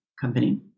company